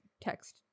text